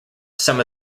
some